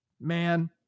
man